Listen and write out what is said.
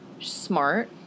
smart